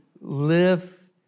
live